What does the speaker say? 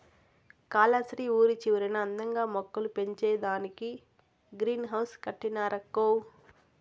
కాలస్త్రి ఊరి చివరన అందంగా మొక్కలు పెంచేదానికే గ్రీన్ హౌస్ కట్టినారక్కో